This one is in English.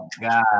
God